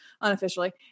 unofficially